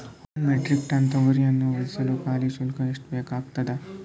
ಒಂದು metric ton ತೊಗರಿಯನ್ನು ಇಳಿಸಲು ಕೂಲಿ ಶುಲ್ಕ ಎಷ್ಟು ಬೇಕಾಗತದಾ?